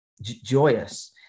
joyous